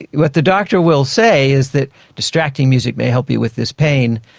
what the doctor will say is that distracting music may help you with this pain,